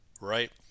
right